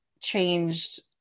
changed